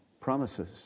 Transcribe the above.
promises